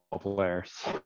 players